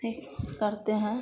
भी करते हैं